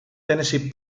tennessee